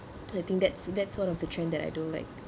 I think that's that's sort of the trend that I don't like